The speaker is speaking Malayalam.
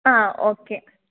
ആ ഓക്കെ